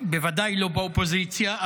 בוודאי לא באופוזיציה,